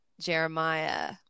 Jeremiah